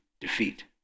defeat